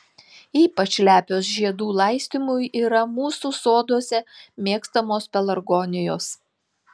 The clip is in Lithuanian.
ypač lepios žiedų laistymui yra mūsų soduose mėgstamos pelargonijos